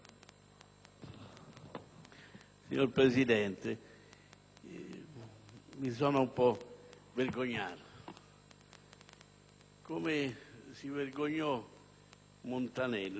Signora Presidente, mi sono un po' vergognato, come si vergognò Montanelli